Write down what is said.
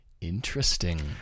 Interesting